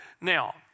Now